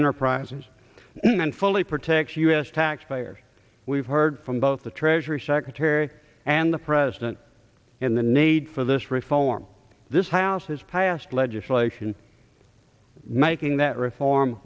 enterprises and fully protect u s taxpayer we've heard from both the treasury secretary and the president in the need for this reform this house has passed legislation making that reform